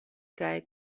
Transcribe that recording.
kaj